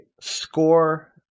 score